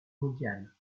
mondiale